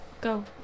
Go